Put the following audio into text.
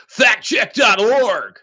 Factcheck.org